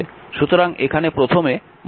সুতরাং এখানে প্রথমে 5 তারপর এখানে এটি v1